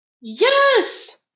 Yes